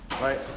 Right